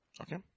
Okay